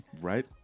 right